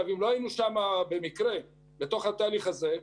אם לא היינו במקרה בתוך התהליך הזה,